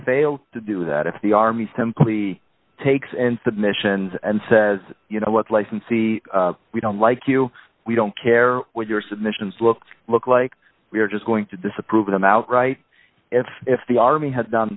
fails to do that if the army simply takes and submissions and says you know what licensee we don't like you we don't care what your submissions look look like we are just going to disapprove them out right if if the army had done